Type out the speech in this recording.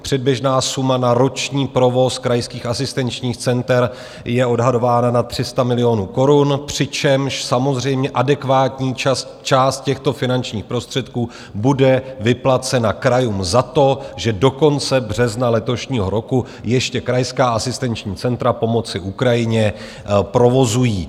Předběžná suma na roční provoz krajských asistenčních center je odhadována na 300 milionů korun, přičemž samozřejmě adekvátní část těchto finančních prostředků bude vyplacena krajům za to, že do konce března letošního roku ještě krajská asistenční centra pomoci Ukrajině provozují.